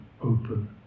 open